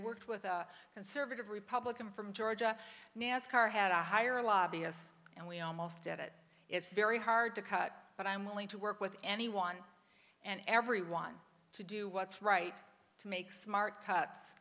worked with a conservative republican from georgia nascar had to hire a lobbyist and we almost did it it's very hard to cut but i'm willing to work with anyone and everyone to do what's right to make smart cuts